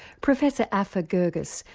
professor afaf ah girgis,